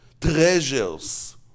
treasures